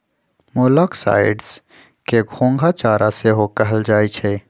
मोलॉक्साइड्स के घोंघा चारा सेहो कहल जाइ छइ